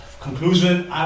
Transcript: conclusion